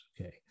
okay